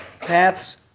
paths